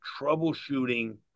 troubleshooting